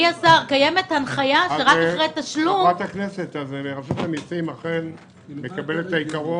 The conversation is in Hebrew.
קיימת הנחיה שרק אחרי תשלום --- רשות המסים אכן מקבלת את העיקרון,